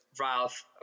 Ralph